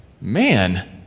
man